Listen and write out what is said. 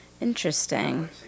Interesting